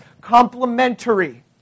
complementary